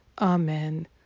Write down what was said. Amen